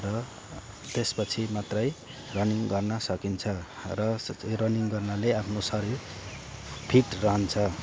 र त्यसपछि मात्रै रनिङ्ग गर्न सकिन्छ र रनिङ्ग गर्नाले आफ्नो शरीर फिट रहन्छ